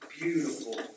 beautiful